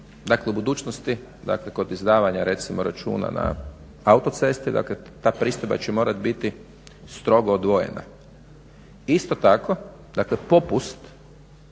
Dakle u budućnosti kod izdavanja računa na autocesti ta pristojba će morati biti strogo odvojena. Isto tako dakle popust